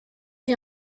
vit